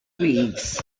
weeds